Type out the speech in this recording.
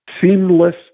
seamless